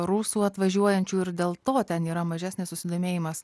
rusų atvažiuojančių ir dėl to ten yra mažesnis susidomėjimas